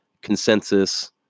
consensus